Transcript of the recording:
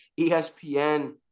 ESPN